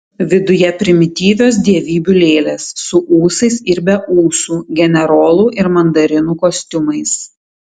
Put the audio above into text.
viduje primityvios dievybių lėlės su ūsais ir be ūsų generolų ir mandarinų kostiumais